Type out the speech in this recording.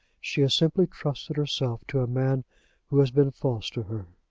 she has simply trusted herself to a man who has been false to her.